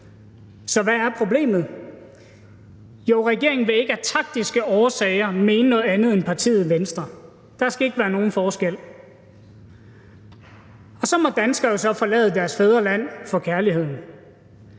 Så hvad er problemet? Jo, regeringen vil af taktiske årsager ikke mene noget andet end partiet Venstre; der skal ikke være nogen forskel. Og så må danskere jo forlade deres fædreland for kærligheden.